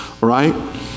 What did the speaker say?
Right